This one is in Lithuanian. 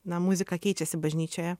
na muzika keičiasi bažnyčioje